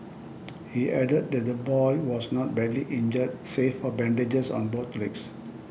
he added that the boy was not badly injured save for bandages on both legs